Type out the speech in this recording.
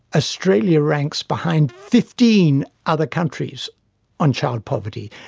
australia ranks behind fifteen other countries on child poverty.